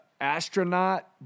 astronaut